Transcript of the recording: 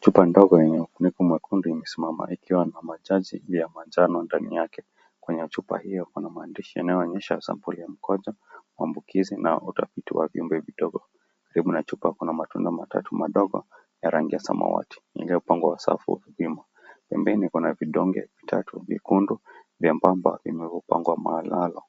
Chupa ndogo yenye upeneko mwekundu imesimama ikiwa na machaji ya manjano ndani yake. Kwenye chupa hiyo kuna maandishi yanayoonyesha sampuli ya mkojo, maambukizi na utafiti wa viumbe vidogo. Karibu na chupa kuna matunda matatu madogo ya rangi ya samawati yaliyopangwa wasafu vivimo. Pembeni kuna vidonge vitatu vikundu vya mviringo vimepangwa malalo.